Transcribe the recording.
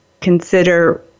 consider